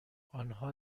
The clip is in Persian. آنها